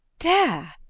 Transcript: dare!